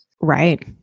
Right